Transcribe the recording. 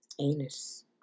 Anus